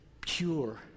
pure